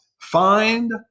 Find